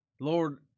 Lord